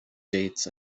dates